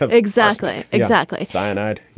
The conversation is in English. um exactly. exactly. cyanide. yeah.